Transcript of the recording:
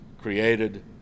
created